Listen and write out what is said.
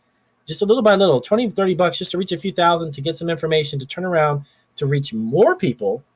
just a little by little, twenty to thirty bucks just to reach a few thousand to get some information to turn around to reach more people,